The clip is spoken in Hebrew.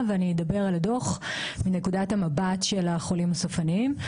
ואדבר על הדוח מנקודת המבט של החולים הסופניים.